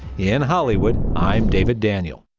in hollywood. i'm david daniel.